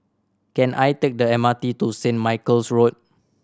can I take the M R T to Saint Michael's Road